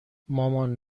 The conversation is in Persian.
مامان